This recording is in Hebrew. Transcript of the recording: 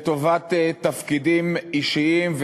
לטובת תפקידים אישיים,